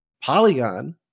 Polygon